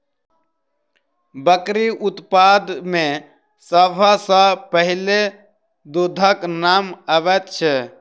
बकरी उत्पाद मे सभ सॅ पहिले दूधक नाम अबैत छै